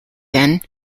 then